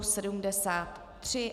73.